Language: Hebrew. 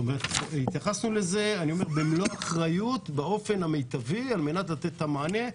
התייחסנו לזה במלוא האחריות באופן המיטבי על מנת לתת את המענה.